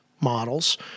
models